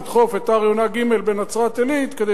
נדחוף את הר-יונה ג' בנצרת-עילית כדי